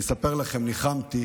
אני אספר לכם, ניחמתי